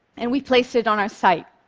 and we placed it on our site.